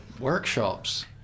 workshops